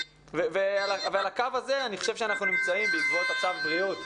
ור"ה לסטודנטים.